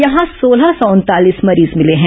यहां सोलह सौ उनतालीस मरीज मिले हैं